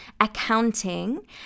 accounting